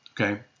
okay